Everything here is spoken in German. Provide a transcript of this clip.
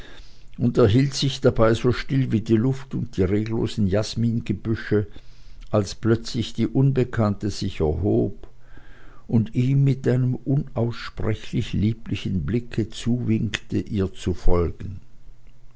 und er hielt sich dabei so still wie die luft und die reglosen jasmingebüsche als plötzlich die unbekannte sich erhob und ihm mit einem unaussprechlich lieblichen blicke zuwinkte ihr zu folgen